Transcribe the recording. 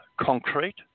concrete